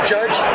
Judge